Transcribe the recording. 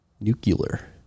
Nuclear